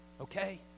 Okay